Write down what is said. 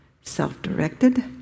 self-directed